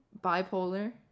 bipolar